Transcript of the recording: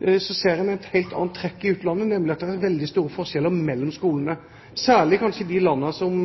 ser en et helt annet trekk i utlandet, nemlig at det er veldig store forskjeller mellom skolene, særlig kanskje i de landene som